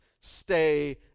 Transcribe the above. stay